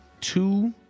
two